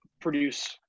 produce